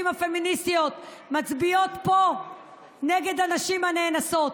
הפמיניסטיות מצביעות פה נגד הנשים הנאנסות.